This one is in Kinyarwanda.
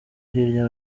hirya